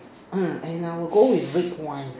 uh and I will go with red wine